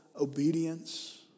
obedience